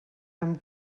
amb